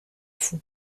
fou